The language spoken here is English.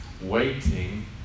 waiting